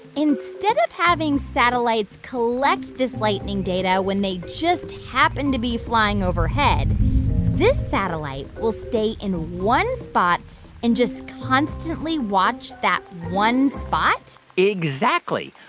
instead of having satellites collect this lightning data when they just happened to be flying overhead this satellite will stay in one spot and just constantly watch that one spot exactly,